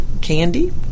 candy